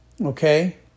okay